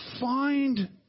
find